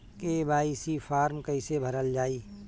KYC form कइसे भरल जाइ?